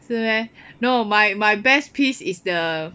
是 eh no my my best piece is the 力